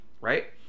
right